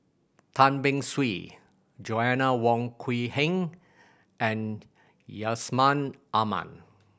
Tan Beng Swee Joanna Wong Quee Heng and Yusman Aman